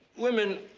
women.